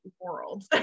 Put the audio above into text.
world